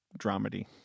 dramedy